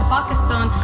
Pakistan